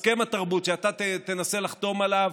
הסכם התרבות שאתה תנסה לחתום עליו,